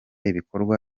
ibikorwa